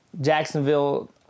Jacksonville